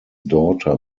daughter